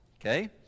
Okay